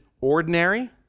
ordinary